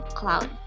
cloud